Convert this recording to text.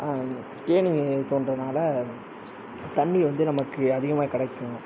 கேணி தோண்டுகிறனால தண்ணி வந்து நமக்கு அதிகமாக கிடைக்கும்